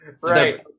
Right